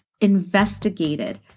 investigated